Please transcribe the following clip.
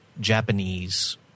Japanese